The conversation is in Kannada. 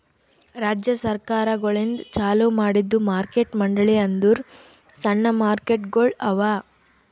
ರಾಜ್ಯ ಸರ್ಕಾರಗೊಳಿಂದ್ ಚಾಲೂ ಮಾಡಿದ್ದು ಮಾರ್ಕೆಟ್ ಮಂಡಳಿ ಅಂದುರ್ ಸಣ್ಣ ಮಾರುಕಟ್ಟೆಗೊಳ್ ಅವಾ